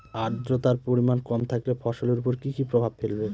আদ্রর্তার পরিমান কম থাকলে ফসলের উপর কি কি প্রভাব ফেলবে?